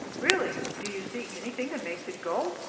really, do you see anything that makes it go?